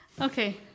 okay